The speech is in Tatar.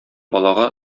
балага